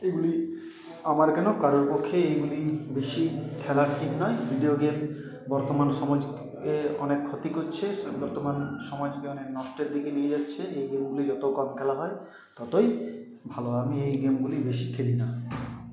এগুলি আমার কেন কারুর পক্ষেই এগুলি বেশি খেলা ঠিক নয় ভিডিও গেম বর্তমান সমাজকে অনেক ক্ষতি করছে বর্তমান সমাজকে অনেক নষ্টের দিকে নিয়ে যাচ্ছে এই গেমগুলি যত কম খেলা হয় ততই ভালো আমি এই গেমগুলি বেশি খেলি না